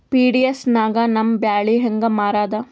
PDS ನಾಗ ನಮ್ಮ ಬ್ಯಾಳಿ ಹೆಂಗ ಮಾರದ?